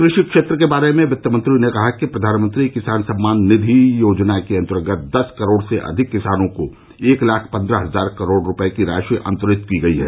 कृषि क्षेत्र के बारे में वित्तमंत्री ने कहा कि प्रधानमंत्री किसान सम्मान निधि योजना के अंतर्गत दस करोड से भी अधिक किसानों को एक लाख पन्द्रह हजार करोड रुपये की राशि अंतरित की गई है